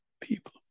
people